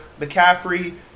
McCaffrey